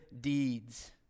deeds